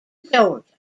georgia